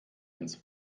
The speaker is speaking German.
ins